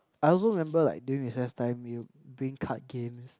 I also remember like during recess time you bring card games